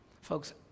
Folks